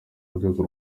rwego